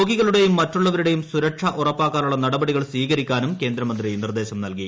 രോഗികളുടെയും മറ്റുള്ളവരുടെയും സുരക്ഷ ഉറ പ്പാക്കാനുള്ള നടപടികൾ സ്വീകരിക്കാനും കേന്ദ്രമന്ത്രി നിർദ്ദേശം നൽകി